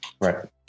right